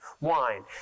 wine